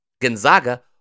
Gonzaga